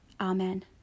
Amen